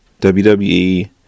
WWE